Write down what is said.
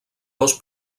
dos